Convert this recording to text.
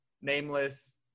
nameless